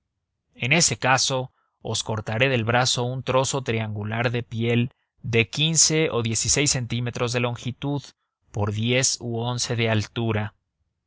en ese caso os cortaré del brazo un trozo triangular de piel de quince o diez y seis centímetros de longitud por diez u once de anchura